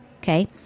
okay